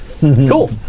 Cool